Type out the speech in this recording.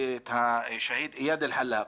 את השהיד איאד אל חלאק,